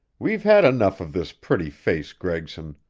we've had enough of this pretty face, gregson.